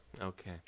Okay